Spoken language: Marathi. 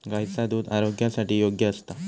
गायीचा दुध आरोग्यासाठी योग्य असता